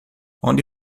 onde